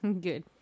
good